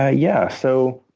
ah yeah. so